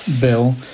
bill